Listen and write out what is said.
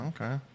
Okay